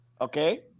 Okay